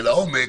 אלא עומק,